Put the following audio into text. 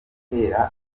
ndabyuka